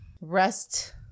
rest